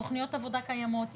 תוכניות העבודה קיימות,